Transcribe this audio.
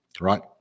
right